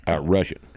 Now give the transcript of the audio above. Russian